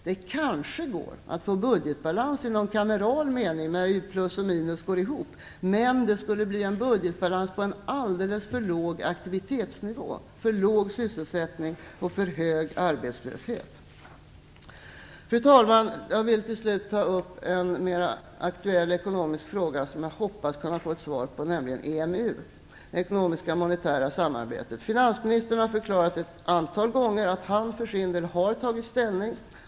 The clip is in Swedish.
Det kanske går att få budgetbalans i någon kameral mening - att plus och minus går ihop - men det skulle bli en budgetbalans på en alldeles för låg aktivitetsnivå, för låg sysselsättning och för hög arbetslöshet. Fru talman! Jag vill till slut ta upp en mer aktuell ekonomisk fråga som jag hoppas kunna få ett svar på, nämligen EMU, det ekonomiska och monetära samarbetet. Finansministern har förklarat ett antal gånger att han för sin del har tagit ställning.